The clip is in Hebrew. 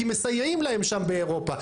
כי מסייעים להם שם באירופה,